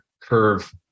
curve